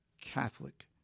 Catholic